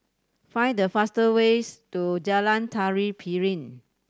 find the fastest ways to Jalan Tari Piring